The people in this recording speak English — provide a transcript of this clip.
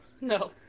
No